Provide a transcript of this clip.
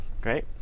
Great